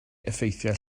effeithiau